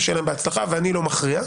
ושיהיה להם בהצלחה ואני לא מכריע.